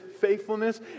faithfulness